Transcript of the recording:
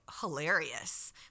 hilarious